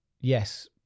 yes